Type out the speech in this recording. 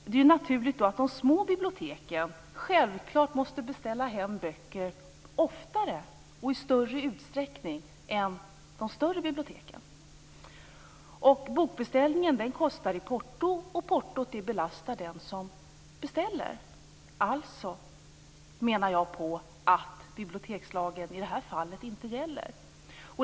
Det är då naturligt att de små biblioteken självklart måste beställa hem böcker oftare och i större utsträckning än de större biblioteken. Bokbeställningen innebär en kostnad för porto, och portot belastar den som beställer boken. Jag menar därför att bibliotekslagen i detta fall inte gäller.